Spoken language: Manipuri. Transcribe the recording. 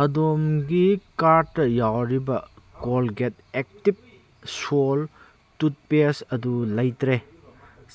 ꯑꯗꯣꯝꯒꯤ ꯀꯥꯔꯠꯇ ꯌꯥꯎꯔꯤꯕ ꯀꯣꯜꯒꯦꯠ ꯑꯦꯛꯇꯤꯞ ꯁꯣꯜꯠ ꯇꯨꯠꯄꯦꯁ ꯑꯗꯨ ꯂꯩꯇ꯭ꯔꯦ